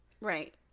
Right